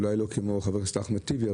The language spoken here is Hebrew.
אלי לא כמו חבר הכנסת טיבי,